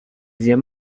zia